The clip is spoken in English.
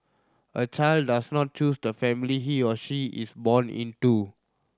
a child does not choose the family he or she is born into